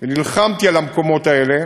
ונלחמתי על המקומות האלה,